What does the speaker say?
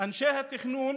אנשי התכנון